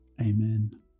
Amen